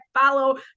follow